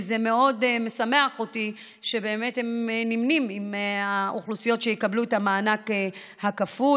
זה מאוד משמח אותי שהם באמת נמנים עם האוכלוסיות שיקבלו את המענק הכפול.